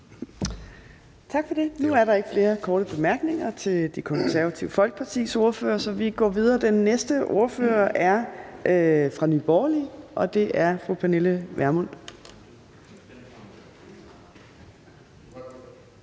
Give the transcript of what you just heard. Tak for det. Nu er der ikke flere korte bemærkninger til Det Konservative Folkepartis ordfører, så vi går videre. Den næste ordfører er fra Nye Borgerlige, og det er fru Pernille Vermund.